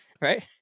right